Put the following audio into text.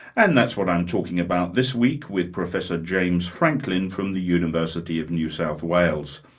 and that's what i'm talking about this week with professor james franklin from the university of new south wales.